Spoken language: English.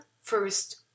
first